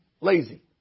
lazy